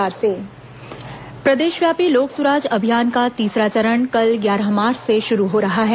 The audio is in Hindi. लोक सुराज अभियान मुख्यमंत्री प्रदेशव्यापी लोक सुराज अभियान का तीसरा चरण कल ग्यारह मार्च से शुरू हो रहा है